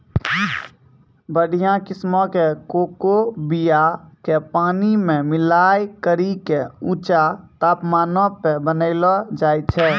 बढ़िया किस्मो के कोको बीया के पानी मे मिलाय करि के ऊंचा तापमानो पे बनैलो जाय छै